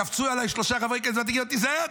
קפצו עליי שלושה חברי כנסת: תיזהר,